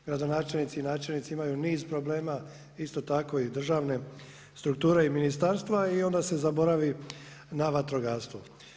Gradonačelnici i načelnici imaju niz problema isto tako i državne strukture i ministarstva i onda se zaboravi na vatrogastvo.